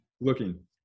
looking